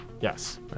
Yes